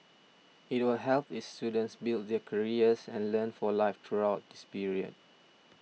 it will help its students build their careers and learn for life throughout this period